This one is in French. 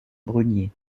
brunier